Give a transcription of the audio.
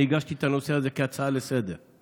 הגשתי את הנושא הזה כהצעה לסדר-היום.